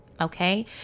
Okay